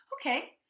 okay